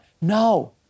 No